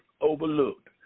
overlooked